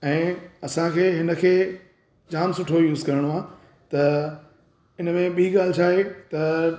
ऐं असांखे हिन खे जाम सुठो यूज़ करिणो आहे त इन में ॿी ॻाल्हि छा आहे त